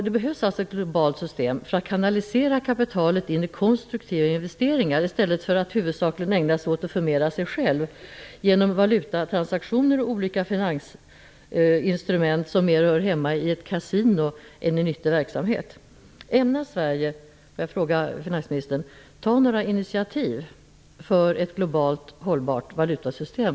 Det behövs ett globalt system för att kanalisera kapitalet in i konstruktiva investeringar i stället för att det huvudsakligen förmerar sig självt genom valutatransaktioner och olika finansinstrument som mera hör hemma på ett kasino än i nyttig verksamhet. Sverige ta några initiativ för att vi skall få ett för vår tid globalt hållbart valutasystem?